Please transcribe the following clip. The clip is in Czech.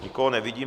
Nikoho nevidím.